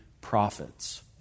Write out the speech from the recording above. prophets